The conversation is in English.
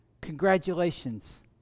congratulations